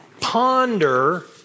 ponder